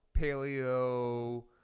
paleo